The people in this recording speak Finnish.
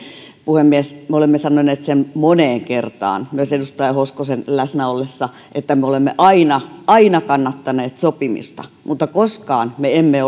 puhemies me olemme sanoneet sen moneen kertaan myös edustaja hoskosen läsnä ollessa että me olemme aina aina kannattaneet sopimista mutta koskaan me emme